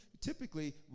typically